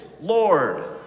Lord